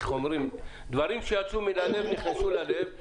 דברים שיצאו מהלב ונכנסים אל הלב.